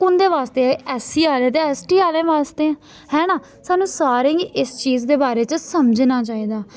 उंं'दे बास्तै S C आह्ले ते एस टी आहले बास्तै है न सानूं सारें गी इस चीज दे बारे च समझना चाहिदा